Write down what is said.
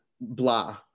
blah